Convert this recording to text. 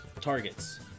targets